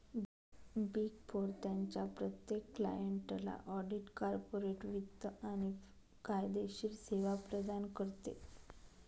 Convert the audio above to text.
big four त्यांच्या प्रत्येक क्लायंटला ऑडिट, कॉर्पोरेट वित्त आणि कायदेशीर सेवा प्रदान करते